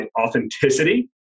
authenticity